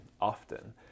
often